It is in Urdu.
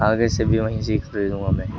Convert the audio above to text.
آگے سے بھی میں وہیں سے ہی خریدوں گا میں